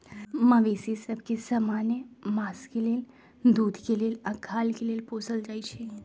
मवेशि सभ के समान्य मास के लेल, दूध के लेल आऽ खाल के लेल पोसल जाइ छइ